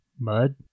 mud